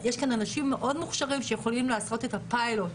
יש כאן אנשים מאוד מוכשרים שיכולים לעשות את הפיילוט.